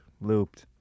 Looped